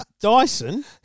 Dyson